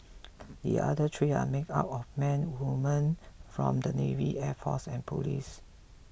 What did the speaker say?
the other three are made up of men and women from the navy air force and police